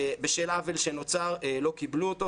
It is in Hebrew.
שבשל עוול שנוצר לא קיבלו את הטיפול,